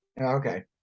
Okay